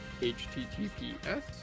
https